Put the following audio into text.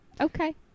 okay